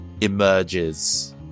emerges